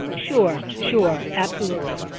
sure. sure. absolutely.